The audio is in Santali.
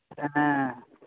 ᱦᱮᱸ